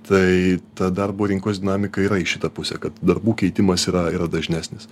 tai ta darbo rinkos dinamika yra į šitą pusę kad darbų keitimas yra yra dažnesnis